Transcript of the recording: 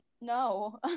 no